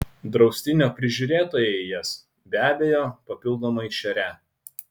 draustinio prižiūrėtojai jas be abejo papildomai šerią